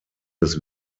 des